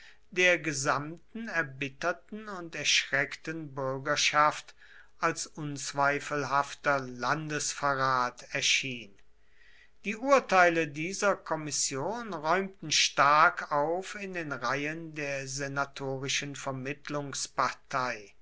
der gesamten erbitterten und erschreckten bürgerschaft als unzweifelhafter landesverrat erschien die urteile dieser kommission räumten stark auf in den reihen der